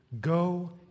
Go